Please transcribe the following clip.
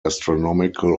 astronomical